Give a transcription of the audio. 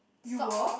you were